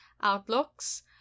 outlooks